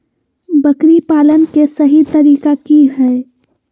बकरी पालन के सही तरीका की हय?